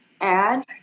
add